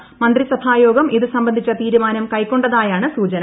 ഇന്ന് ചേർന്ന മന്ത്രിസഭാ യോഗം ഇത് സംബന്ധിച്ച തീരുമാനം കൈക്കൊണ്ടതായാണ് സൂചന